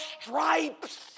stripes